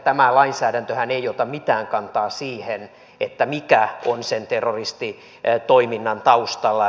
tämä lainsäädäntöhän ei ota mitään kantaa siihen mikä on sen terroristitoiminnan taustalla